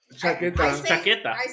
Chaqueta